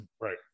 right